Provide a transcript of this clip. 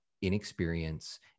Inexperience